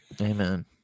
Amen